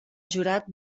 jurat